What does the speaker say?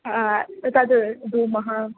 हा तद् धूमः